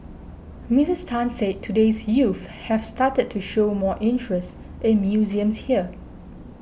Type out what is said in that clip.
Miss Tan said today's youth have started to show more interest in museums here